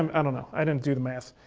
um and know, i didn't do the math.